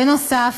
בנוסף,